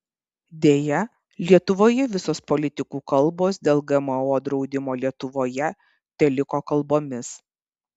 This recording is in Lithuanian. deja lietuvoje visos politikų kalbos dėl gmo draudimo lietuvoje teliko kalbomis